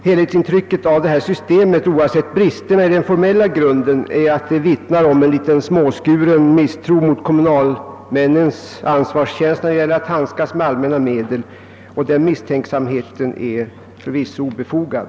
Helhetsintrycket av det här systemet, oavsett bristerna i den formella grunden, är att det vittnar om en viss misstro mot kommunalmännens ansvarskänsla när det gäller att handskas med allmänna medel, och denna misstänksamhet är förvisso obefogad.